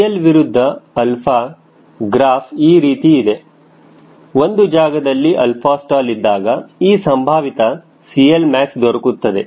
CL ವಿರುದ್ಧ 𝛼 graph ಈ ರೀತಿ ಇದೆ ಒಂದು ಜಾಗದಲ್ಲಿ 𝛼stall ಇದ್ದಾಗ ಈ ಸಂಭಾವಿತ CLmax ದೊರಕುತ್ತದೆ